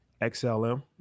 XLM